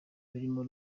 birimwo